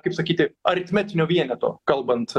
kaip sakyti aritmetinių vienetų kalbant